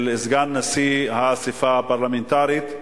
של סגן נשיא האספה הפרלמנטרית,